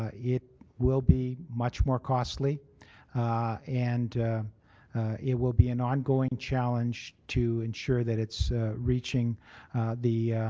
ah it will be much more costly and it will be an ongoing challenge to ensure that it's reaching the